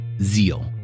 zeal